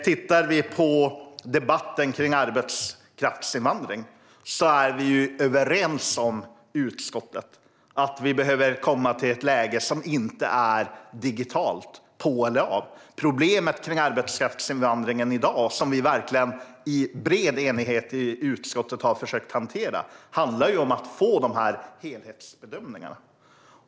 Tittar vi på debatten om arbetskraftsinvandring är vi i utskottet överens om att vi behöver komma till ett läge som inte är digitalt, på eller av. Problemet med arbetskraftsinvandringen i dag, som vi i bred enighet i utskottet har försökt hantera, handlar om att få helhetsbedömningarna.